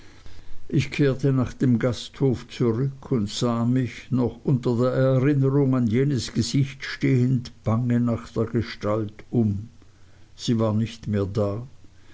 ich kehrte nach dem gasthof zurück und sah mich noch unter der erinnerung an jenes gesicht stehend bange nach der gestalt um sie war nicht mehr da